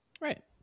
Right